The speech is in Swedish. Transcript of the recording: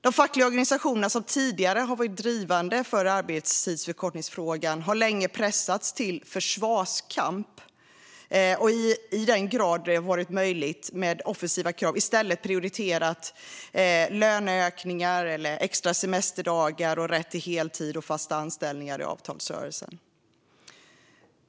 De fackliga organisationerna, som tidigare har varit drivande i arbetstidsförkortningsfrågan, har länge pressats till försvarskamp och i den grad det har varit möjligt med offensiva krav i stället prioriterat löneökningar, extra semesterdagar, rätt till heltid och fasta anställningar i avtalsrörelserna.